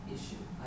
issue